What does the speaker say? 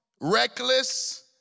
Reckless